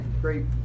great